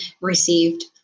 received